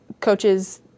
coaches